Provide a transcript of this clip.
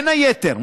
בין היתר,